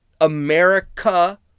America